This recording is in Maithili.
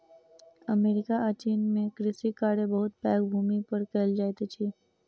अमेरिका आ चीन में कृषि कार्य बहुत पैघ भूमि पर कएल जाइत अछि